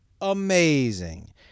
Amazing